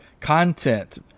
content